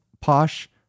posh